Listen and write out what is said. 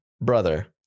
brother